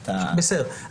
בסדר.